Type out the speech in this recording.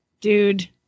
Dude